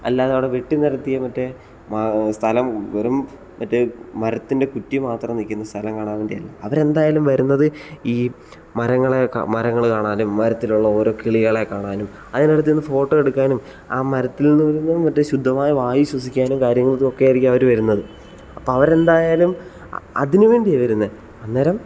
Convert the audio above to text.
അല്ലാതെ അവിടെ വെട്ടി നിരത്തിയ മറ്റേ മ സ്ഥലം വെറും മറ്റേ മരത്തിന്റെ കുറ്റി മാത്രം നിൽക്കുന്ന സ്ഥലം കാണാൻ വേണ്ടിയല്ല അവരെന്തായാലും വരുന്നത് ഈ മരങ്ങളെ മരങ്ങൾ കാണാനും മരത്തിലുള്ള ഓരോ കിളികളെ കാണാനും അതിനടുത്ത് നിന്ന് ഫോട്ടോ എടുക്കാനും ആ മരത്തിൽ നിന്നും കിട്ടുന്ന ശുദ്ധമായ വായു ശ്വസിക്കാനും കാര്യങ്ങൾക്കും ഒക്കെ ആയിരിക്കും അവർ വരുന്നത് അപ്പം അവരെന്തായാലും അതിന് വേണ്ടിയാണ് വരുന്നത് അന്നേരം